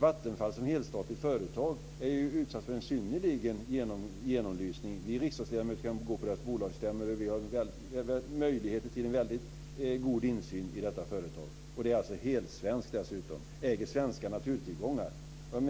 Vattenfall som helstatligt företag är ju utsatt för en synnerligen kraftig genomlysning. Vi riksdagsledamöter kan gå på dess bolagsstämmor, och vi har möjligheter till en väldigt god insyn i detta företag. Och det är dessutom helsvenskt och äger svenska naturtillgångar.